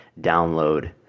download